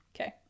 Okay